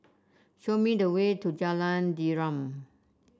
show me the way to Jalan Derum